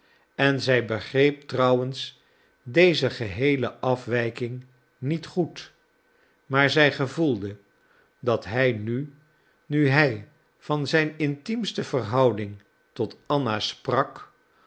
en zij begreep trouwens deze geheele afwijking niet goed maar zij gevoelde dat hij nu nu hij van zijn intiemste verhouding tot anna sprak